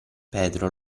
pedro